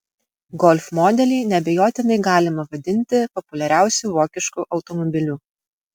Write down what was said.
golf modelį neabejotinai galima vadinti populiariausiu vokišku automobiliu